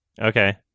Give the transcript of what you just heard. Okay